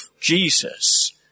Jesus